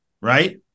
Right